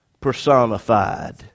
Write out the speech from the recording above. personified